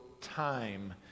time